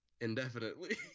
indefinitely